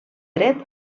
dret